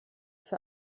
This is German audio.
für